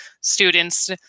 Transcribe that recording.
students